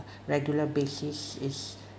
regular basis is